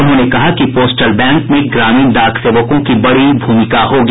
उन्होंने कहा कि पोस्टल बैंक में ग्रामीण डाक सेवकों की बड़ी भूमिका होगी